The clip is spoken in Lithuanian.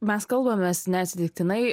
mes kalbamės neatsitiktinai